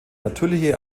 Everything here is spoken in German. natürliche